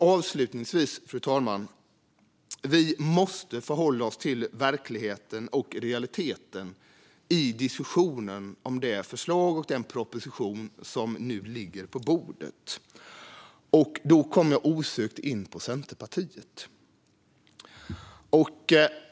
Avslutningsvis, fru talman: Vi måste förhålla oss till verkligheten och realiteten i diskussionen om det förslag och den proposition som nu ligger på bordet. Då kommer jag osökt in på Centerpartiet.